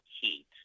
heat